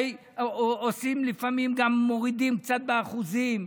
לפעמים גם מורידים קצת באחוזים.